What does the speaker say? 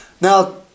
Now